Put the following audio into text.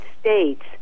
states